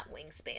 wingspan